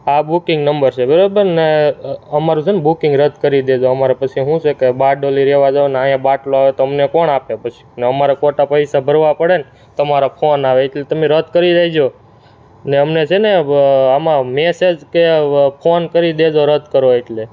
આ booking number છે બરાબર ને અમારું છે ને બુકિંગ રદ કરી દેજો અમારે પછી શું છે કે બારડોલી રહેવા જવાનું અહીંયા બાટલો આવે તો અમને કોણ આપે પછી ને અમારે ખોટા પૈસા ભરવા પડે ને તમારા ફોન આવે એટલે તમે રદ કરી દેજો ને અમને છે ને આમાં મેસેજ કે ફોન કરી દેજો રદ કરો એટલે